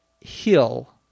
hill